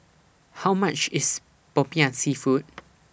How much IS Popiah Seafood